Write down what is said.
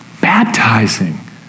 baptizing